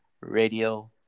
radio